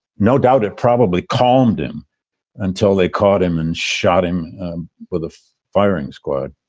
no doubt it probably calmed him until they caught him and shot him with a firing squad.